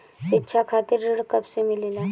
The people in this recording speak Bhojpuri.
शिक्षा खातिर ऋण कब से मिलेला?